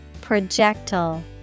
Projectile